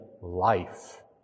life